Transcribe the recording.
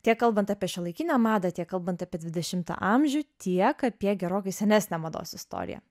tiek kalbant apie šiuolaikinę madą tiek kalbant apie dvidešimtą amžių tiek apie gerokai senesnę mados istoriją